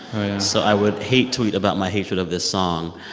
so i would hate-tweet about my hatred of this song.